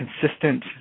consistent